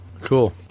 cool